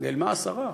נעלמה השרה.